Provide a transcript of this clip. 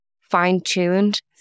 fine-tuned